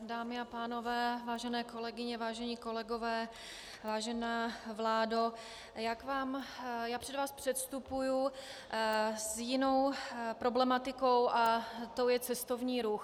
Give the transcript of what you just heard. Dámy a pánové, vážené kolegyně, vážení kolegové, vážená vládo, já před vás předstupuji s jinou problematikou a tou je cestovní ruch.